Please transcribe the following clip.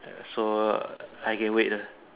ah so I can wait lah